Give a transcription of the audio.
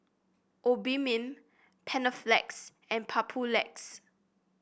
Obimin Panaflex and Papulex